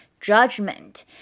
judgment